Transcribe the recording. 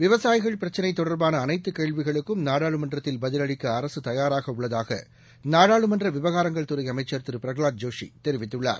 விவசாயிகள் பிரச்சினைதொடர்பானஅனைத்துகேள்விகளுக்கும் நாடாளுமன்றத்தில் பதிலளிக்கஅரசுதயாராகஉள்ளதாகநாடாளுமன்றவிவகாரங்கள் துறைஅமைச்சர் திருபிரஹலாத் ஜோஷிதெரிவித்துள்ளார்